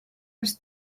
els